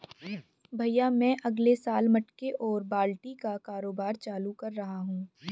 भैया मैं अगले साल मटके और बाल्टी का कारोबार चालू कर रहा हूं